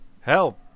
help